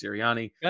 Sirianni